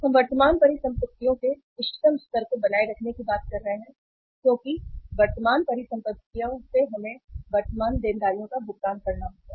हम वर्तमान परिसंपत्तियों के इष्टतम स्तर को बनाए रखने की बात कर रहे हैं क्योंकि वर्तमान परिसंपत्तियों से हमें वर्तमान देनदारियों का भुगतान करना होगा